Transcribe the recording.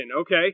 okay